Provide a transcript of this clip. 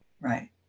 Right